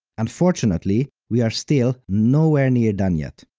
unfortunately, we are still nowhere near done yet.